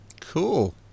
Cool